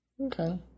Okay